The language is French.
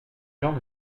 gens